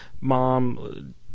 mom